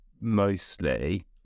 mostly